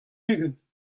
ugent